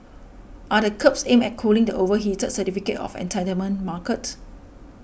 are the curbs aimed at cooling the overheated certificate of entitlement market